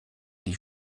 die